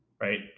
right